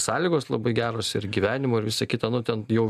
sąlygos labai geros ir gyvenimo ir visa kita nu ten jau